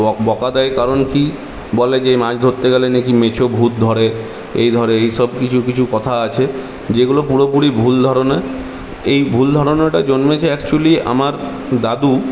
বকা দেয় কারণ কি বলে যে মাছ ধরতে গেলে নাকি মেছো ভূত ধরে এই ধরে এইসব কিছু কিছু কথা আছে যেগুলা পুরোপুরি ভুল ধারণা এই ভুল ধারণাটা জন্মেছে অ্যাকচুয়ালি আমার দাদু